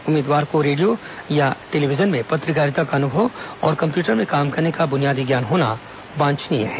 उम्मीदवार को रेडियो अथवा टेलीविजन में पत्रकारिता का अनुभव और कम्प्यूटर में काम करने का बुनियादी ज्ञान होना वांछनीय है